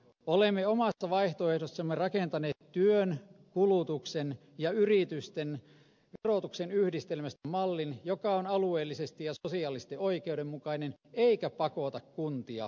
olemme omassa vaihtoehdossamme rakentaneet työn kulutuksen ja yritysten verotuksen yhdistelmästä mallin joka on alueellisesti ja sosiaalisesti oikeudenmukainen eikä pakota kuntia kuntaverojen korotukseen